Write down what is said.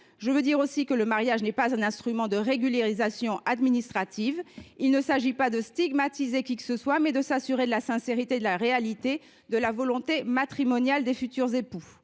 la loi. Par ailleurs, le mariage n’est pas un instrument de régularisation administrative. Il s’agit non pas de stigmatiser qui que ce soit, mais de s’assurer de la sincérité de la réalité de la volonté matrimoniale des futurs époux.